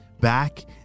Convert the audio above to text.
back